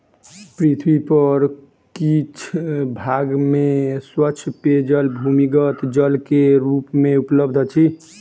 पृथ्वी पर किछ भाग में स्वच्छ पेयजल भूमिगत जल के रूप मे उपलब्ध अछि